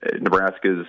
Nebraska's